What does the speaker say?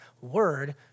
word